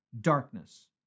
darkness